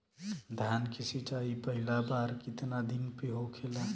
धान के सिचाई पहिला बार कितना दिन पे होखेला?